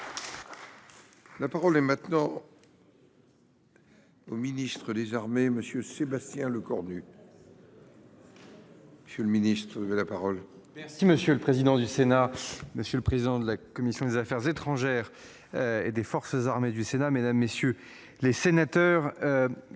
La parole est maintenant. Au Ministre. Monsieur Sébastien Lecornu. Monsieur le Ministre de la parole. Merci monsieur le président du Sénat, monsieur le président de la commission des Affaires étrangères. Et des forces armées du Sénat, Mesdames, messieurs les sénateurs.